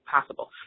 possible